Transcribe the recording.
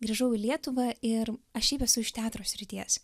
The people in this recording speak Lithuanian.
grįžau į lietuvą ir aš šiaip esu iš teatro srities